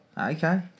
Okay